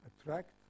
Attract